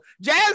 Jazz